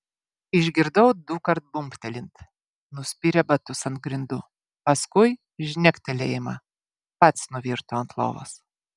išgirdau dukart bumbtelint nuspyrė batus ant grindų paskui žnektelėjimą pats nuvirto ant lovos